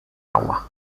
agua